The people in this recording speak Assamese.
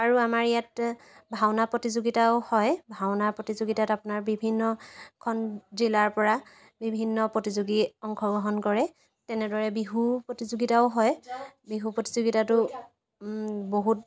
আৰু আমাৰ ইয়াত ভাওনা প্ৰতিযোগিতাও হয় ভাওনা প্ৰতিযোগিতাত আপোনাৰ বিভিন্ন খন জিলাৰ পৰা বিভিন্ন প্ৰতিযোগী অংশগ্ৰহণ কৰে তেনেদৰে বিহু প্ৰতিযোগিতাও হয় বিহু প্ৰতিযোগিতাতো বহুত